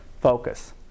focus